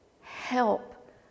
Help